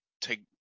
take